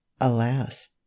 alas